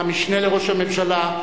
המשנה לראש הממשלה,